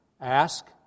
ask